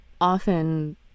often